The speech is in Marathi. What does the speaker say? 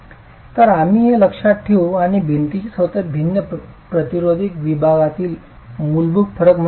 तर आम्ही हे लक्षात ठेवू आणि भिंतीच्या स्वतःच भिन्न प्रतिरोधक विभागांमधील मूलभूत फरक म्हणून वापरू